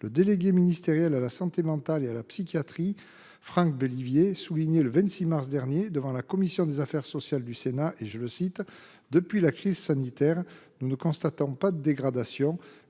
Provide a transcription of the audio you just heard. Le délégué ministériel à la santé mentale et à la psychiatrie, Frank Bellivier, soulignait le 26 mars dernier devant la commission des affaires sociales du Sénat que, depuis la crise sanitaire, il ne constatait « pas de dégradation,